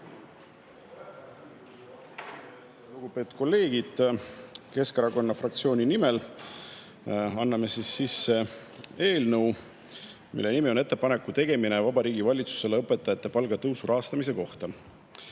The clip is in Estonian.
Lugupeetud kolleegid! Keskerakonna fraktsiooni nimel anname sisse eelnõu, mille pealkiri on "Ettepaneku tegemine Vabariigi Valitsusele õpetajate palgatõusu rahastamise kohta".